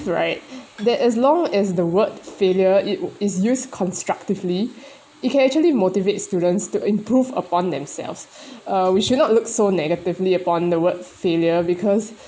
right that as long as the word failure it is used constructively it can actually motivate students to improve upon themselves uh we should not look so negatively upon the word failure because